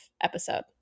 episode